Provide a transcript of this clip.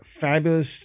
fabulous